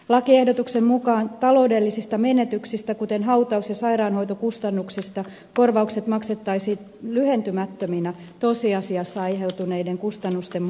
lakiehdotuksen mukaan taloudellisista menetyksistä kuten hautaus ja sairaanhoitokustannuksista korvaukset maksettaisiin lyhentämättöminä tosiasiassa aiheutuneiden kustannusten mukaan